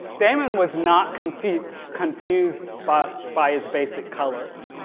damon was not confused confused but by his basic colors.